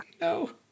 No